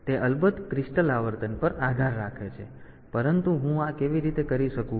તેથી તે અલબત્ત ક્રિસ્ટલ આવર્તન પર આધાર રાખે છે પરંતુ હું આ કેવી રીતે કરી શકું